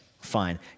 fine